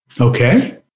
Okay